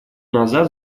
назад